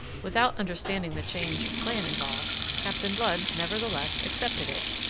without understanding the change of plan involved, captain blood, nevertheless, accepted it,